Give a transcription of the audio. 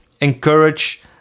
encourage